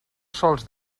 sols